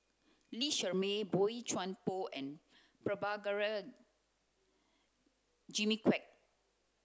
Lee Shermay Boey Chuan Poh and Prabhakara Jimmy Quek